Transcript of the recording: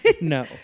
No